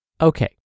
Okay